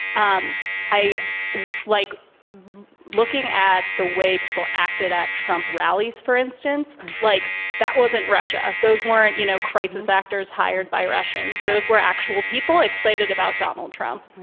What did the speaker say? um i like looking at the way people acted at trump rallies, for instance, like that wasn't russia. those weren't, you know, crisis actors hired by russians. those were actual people excited about donald trump